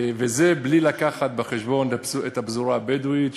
וזה בלי להביא בחשבון את הפזורה הבדואית,